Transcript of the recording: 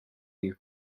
you